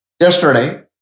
yesterday